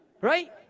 Right